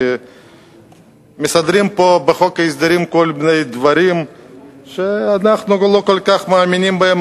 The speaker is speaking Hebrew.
כי מסדרים פה בחוק ההסדרים כל מיני דברים שאנחנו לא כל כך מאמינים בהם,